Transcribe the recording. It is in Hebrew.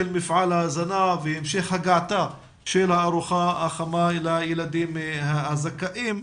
מפעל ההזנה והמשך הגעתה של הארוחה החמה לילדים הזכאים.